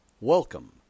Welcome